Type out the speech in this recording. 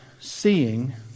seeing